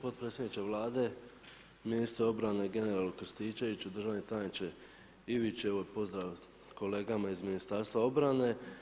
Potpredsjedniče Vlade, ministre obrane, generale Krstičeviću, državni tajniče Ivić, evo pozdrav kolegama iz Ministarstva obrane.